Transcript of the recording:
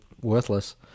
worthless